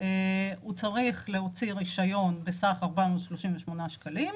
הוא צריך להוציא רישיון בסך 438 שקלים,